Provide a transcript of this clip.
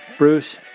Bruce